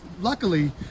luckily